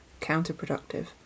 Counterproductive